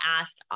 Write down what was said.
ask